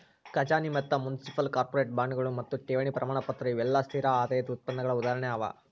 ಖಜಾನಿ ಮತ್ತ municipal, corporate ಬಾಂಡ್ಗಳು ಮತ್ತು ಠೇವಣಿ ಪ್ರಮಾಣಪತ್ರ ಇವೆಲ್ಲಾ ಸ್ಥಿರ ಆದಾಯದ್ ಉತ್ಪನ್ನಗಳ ಉದಾಹರಣೆ ಅವ